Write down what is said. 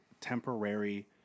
temporary